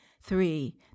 three